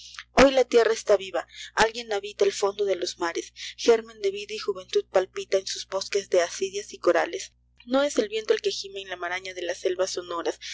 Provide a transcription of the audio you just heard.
hoy la tierra está viva alguien habita el fondo de los mares gérmen de vida y juventud palpita en sus bosques de acidias y corales no es el viento el que jime en la marafía de las selvas sonoras